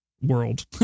world